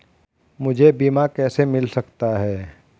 मुझे बीमा कैसे मिल सकता है?